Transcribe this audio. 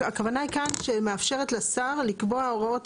הכוונה היא כאן שמאפשרת לשר לקבוע הוראות